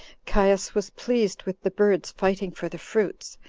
caius was pleased with the birds fighting for the fruits,